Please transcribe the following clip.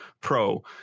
Pro